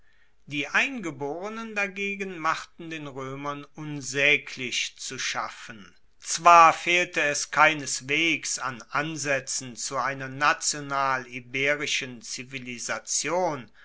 die eingeborenen dagegen machten den roemern unsaeglich zu schaffen zwar fehlte es keineswegs an ansaetzen zu einer national iberischen zivilisation